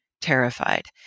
terrified